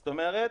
זאת אומרת,